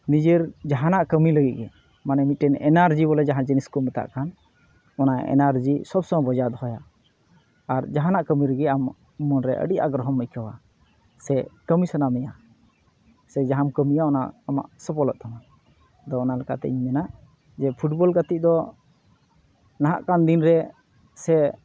ᱱᱤᱡᱮᱨ ᱡᱟᱦᱟᱱᱟᱜ ᱠᱟᱹᱢᱤ ᱞᱟᱹᱜᱤᱫᱜᱮ ᱢᱟᱱᱮ ᱢᱤᱫᱴᱮᱱ ᱮᱱᱟᱨᱡᱤ ᱵᱚᱞᱮ ᱡᱟᱦᱟᱸ ᱡᱤᱱᱤᱥᱠᱚ ᱢᱮᱛᱟᱜ ᱠᱟᱱ ᱚᱱᱟ ᱮᱱᱟᱨᱡᱤ ᱥᱚᱵᱽ ᱥᱚᱢᱚᱭᱮ ᱵᱚᱡᱟᱭ ᱫᱚᱦᱚᱭᱟ ᱟᱨ ᱡᱟᱦᱟᱱᱟᱜ ᱠᱟᱹᱢᱤ ᱨᱮᱜᱮ ᱟᱢ ᱢᱚᱱᱨᱮ ᱟᱹᱰᱤ ᱟᱜᱨᱚᱦᱚᱢ ᱟᱹᱭᱠᱟᱹᱣᱟ ᱥᱮ ᱠᱟᱹᱢᱤ ᱥᱟᱱᱟᱢᱮᱭᱟ ᱥᱮ ᱡᱟᱦᱟᱸᱢ ᱠᱟᱹᱢᱤᱭᱟ ᱚᱱᱟ ᱟᱢᱟᱜ ᱥᱚᱯᱷᱚᱞᱚᱜ ᱛᱟᱢᱟ ᱟᱫᱚ ᱚᱱᱟ ᱞᱮᱠᱟᱛᱮᱤᱧ ᱢᱮᱱᱟ ᱡᱮ ᱯᱷᱩᱴᱵᱚᱞ ᱜᱟᱛᱮᱜ ᱫᱚ ᱱᱟᱦᱟᱜ ᱠᱟᱱ ᱫᱤᱱᱨᱮ ᱥᱮ